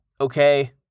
okay